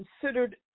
considered